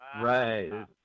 Right